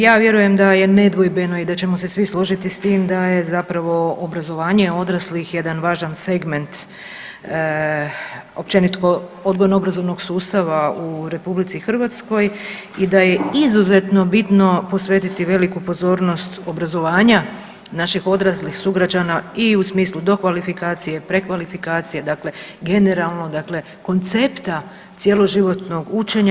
Ja vjerujem da je nedvojbeno i da ćemo se svi složiti s tim da je zapravo obrazovanje odraslih jedan važan segment općenito odgojno-obrazovnog sustava u Republici Hrvatskoj i da je izuzetno bitno posvetiti veliku pozornost obrazovanja naših odraslih sugrađana i u smislu dokvalifikacije, prekvalifikacije dakle generalno koncepta cjeloživotnog učenja.